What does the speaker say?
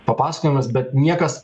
papasakojimas bet niekas